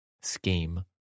scheme